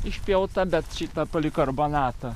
išpjauta bet šitą palikarbonatą